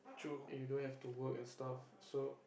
and you don't have to work and stuff so